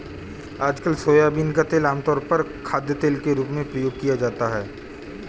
आजकल सोयाबीन का तेल आमतौर पर खाद्यतेल के रूप में प्रयोग किया जाता है